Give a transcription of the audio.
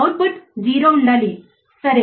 output 0 ఉండాలి సరే